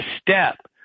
step